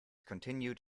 continued